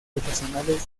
profesionales